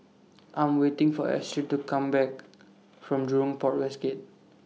I Am waiting For Astrid to Come Back from Jurong Port West Gate